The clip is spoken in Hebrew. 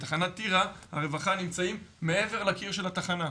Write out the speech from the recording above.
בתחנת טירה, הרווחה נמצאים מעבר לקיר של התחנה.